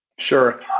sure